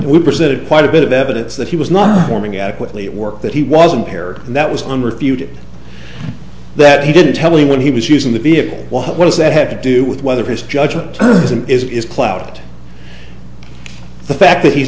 we presented quite a bit of evidence that he was not forming adequately at work that he wasn't here that was on refuted that he didn't tell anyone he was using the vehicle what does that have to do with whether his judgment is clouded the fact